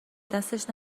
دستش